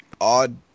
Odd